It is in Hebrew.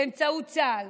באמצעות צה"ל,